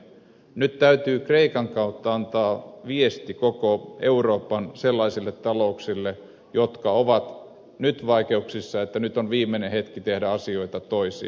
nyt täytyy kreikan kautta antaa viesti koko euroopan sellaisille talouksille jotka ovat nyt vaikeuksissa että nyt on viimeinen hetki tehdä asioita toisin